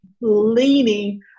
leaning